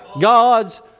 God's